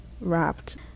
wrapped